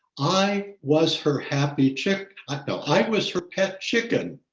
i was her happy chick, no, i was her pet chicken.